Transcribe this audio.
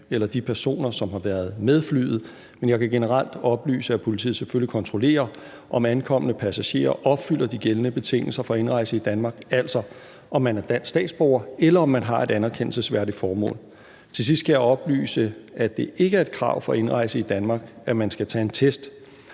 eller de personer, som har været med flyet, men jeg kan generelt oplyse, at politiet selvfølgelig kontrollerer, om ankommende passagerer opfylder de gældende betingelser for indrejse i Danmark, altså om man er dansk statsborger, eller om man har et anerkendelsesværdigt formål. Til sidst skal jeg oplyse, at det ikke er et krav for indrejse i Danmark, at man skal tage en test.